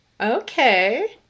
okay